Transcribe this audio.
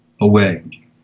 away